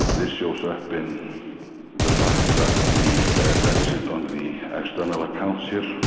this shows up in the fact that the deficit on the external accounts yeah